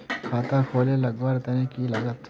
खाता खोले लगवार तने की लागत?